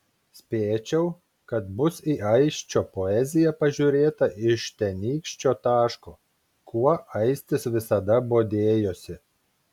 spėčiau kad bus į aisčio poeziją pažiūrėta iš tenykščio taško kuo aistis visada bodėjosi